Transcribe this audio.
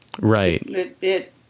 Right